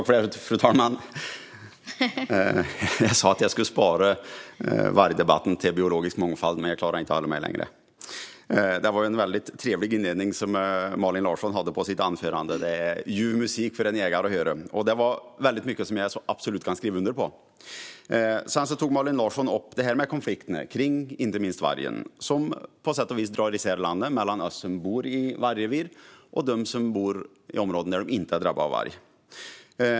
Fru talman! Jag sa att jag skulle spara vargdebatten till debatten om biologisk mångfald, men jag klarade inte av att hålla mig längre. Det var en trevlig inledning som Malin Larsson hade på sitt anförande. Det var ljuv musik för en jägare att höra, och mycket kan jag absolut skriva under på. Malin Larsson tog upp de konflikter kring inte minst vargen som på sätt och vis drar isär landet, mellan oss som bor i vargrevir och dem som bor i områden som inte är drabbade av varg.